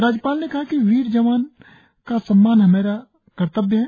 राज्यपाल ने कहा कि बीर जवान का सम्मान हमारा कर्तव्य है